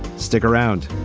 stick around